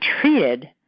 treated